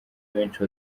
benshi